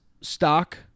stock